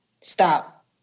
Stop